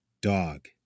dog